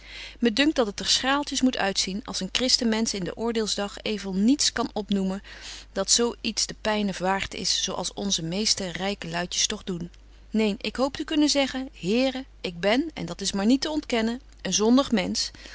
me dunkt dat het er schraaltjes moet uitzien als een christen mensch in den oordeelsdag evel niets kan opnoemen dat zo iets de pyne waart is zo als onze meeste ryke luidjes toch doen neen ik hoop te kunnen zeggen here ik ben en dat is maar niet te ontkennen een zondig mensch